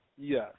Yes